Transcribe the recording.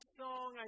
song